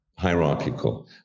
hierarchical